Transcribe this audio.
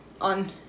on